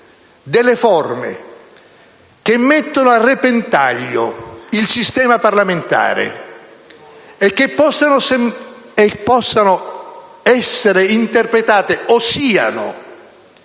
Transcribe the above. delle forme che mettono a repentaglio il sistema parlamentare, che possono essere interpretate o siano